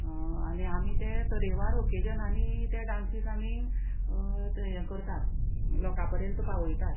आनी आमी ते तरेवार ओकेजनांनी ते डांसीस आमी हे करतात लोकां पर्यंत पावयतात